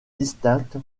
distincte